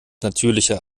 natürlicher